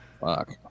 Fuck